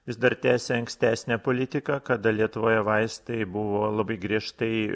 vis dar tęsia ankstesnę politiką kada lietuvoje vaistai buvo labai griežtai